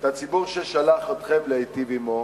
את הציבור ששלח אתכם להיטיב עמו.